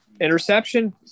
interception